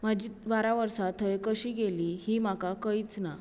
म्हजीं बारां वर्सां थंय कशीं गेलीं हीं म्हाका कळ्ळींच ना